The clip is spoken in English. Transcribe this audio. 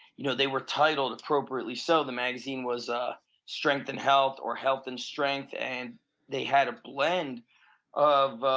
you know they were titled appropriately so. the magazine was ah strength and health or health and strength and they had a blend of